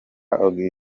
augustin